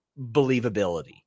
believability